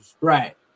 Right